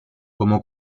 como